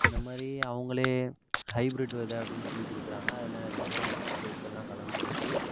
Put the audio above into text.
இந்தமாதிரி அவங்களே ஹைப்ரீட் விதை அப்படினு சொல்லி கொடுக்குறாங்க அதில் நிறையா நச்சு பொருட்கள்லாம் கலந்துருக்கு